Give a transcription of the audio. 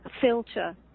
filter